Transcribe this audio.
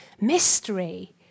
mystery